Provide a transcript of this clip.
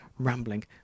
rambling